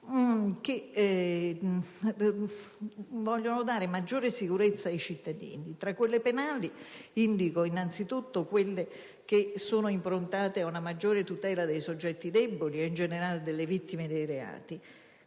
che vogliono dare maggiore sicurezza ai cittadini. Tra quelle penali indico innanzitutto quelle improntate ad una maggiore tutela dei soggetti deboli e in generale delle vittime dei reati.